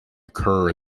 occur